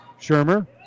Shermer